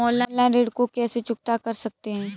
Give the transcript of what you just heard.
हम ऑनलाइन ऋण को कैसे चुकता कर सकते हैं?